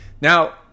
Now